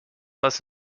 was